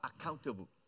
accountable